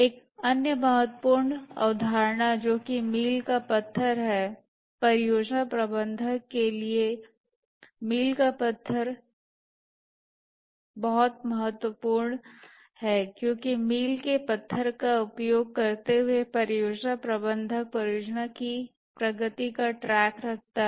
एक अन्य महत्वपूर्ण अवधारणा जोकि मील के पत्थर हैं परियोजना प्रबंधक के लिए मील का पत्थर बहुत महत्वपूर्ण है क्योंकि मील के पत्थर का उपयोग करते हुए परियोजना प्रबंधक परियोजना की प्रगति का ट्रैक रखता है